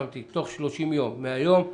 30 יום מהיום.